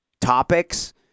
topics